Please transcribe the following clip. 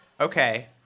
Okay